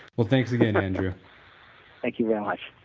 well, thanks again, andrew thank you very much